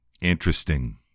interesting